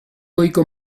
goiko